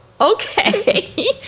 okay